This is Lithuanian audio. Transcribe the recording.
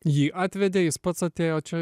jį atvedė jis pats atėjo čia